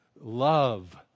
love